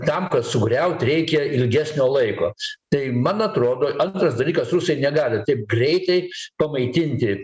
tam kad sugriaut reikia ilgesnio laiko tai man atrodo antras dalykas rusai negali taip greitai pamaitinti